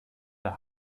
der